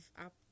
up